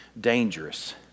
dangerous